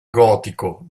gotico